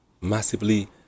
massively